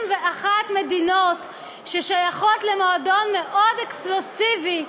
מדינות ששייכות למועדון מאוד אקסקלוסיבי,